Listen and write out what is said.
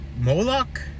Moloch